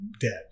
dead